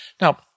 Now